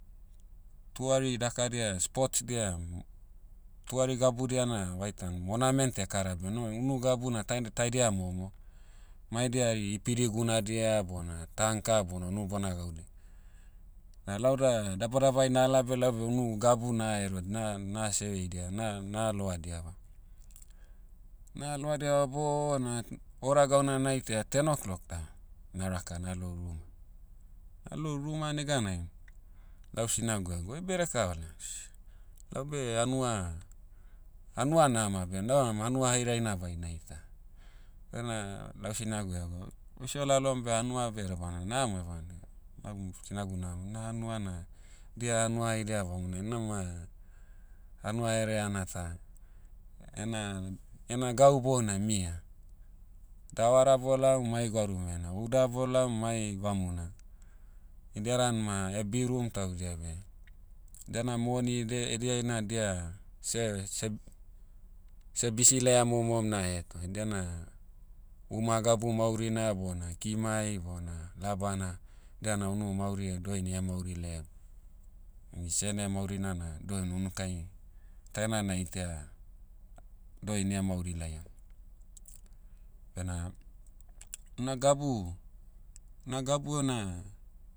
Tuari dakadia spots dia, tuari gabudia na vaitan monament ekara beh nu- unu gabu na taina- taidia momo. Maedia hari ipidi gunadia bona tanka bona unu bana gaudi. Na lau da, dabadabai nala beh unu gabu na ero- na- na seveidia na- na loadiava. Na loadiava bona, hora gauna naitaia ten o'clock da, na'raka nalou ruma. Na lou ruma neganai, lau sinagu egwa oibe edeka ola. laube hanua- hanua nama beh nauram hanua hairaina baina ita. Ena, lau sinagu ega, oise olalom beh edebana namo evana. Lau sinagu nahama na hanua na, dia hanua haidia bamona ina ma, hanua hereana ta. Ena- ena gau bounai mia. Davara bolaom mai gwarumena uda bolaom mai vamuna. Idia dan ma birum taudia beh, diana moni de- ediai na dia, se- seb- seh bisi laia momom naheto. Idiana, uma gabu maurina bona kimai bona labana. Diana unu mauri ai doini mauri laiam. Ini sene maurina na doin unukai, taina naitaia, doini ia mauri laia. Bena, una gabu- na gabu ona,